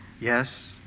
Yes